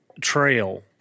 trail